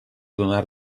donar